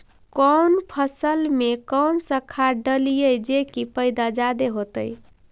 कौन फसल मे कौन सा खाध डलियय जे की पैदा जादे होतय?